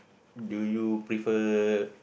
do you prefer